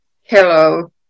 Hello